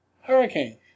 hurricane